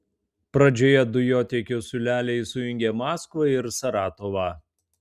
pradžioje dujotiekių siūleliai sujungia maskvą ir saratovą